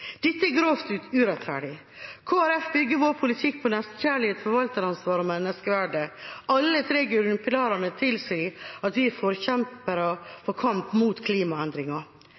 Dette er grovt urettferdig. Kristelig Folkeparti bygger sin politikk på nestekjærlighet, forvalteransvar og menneskeverd. Alle tre grunnpilarene tilsier at vi er forkjempere i kampen mot klimaendringer,